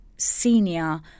Senior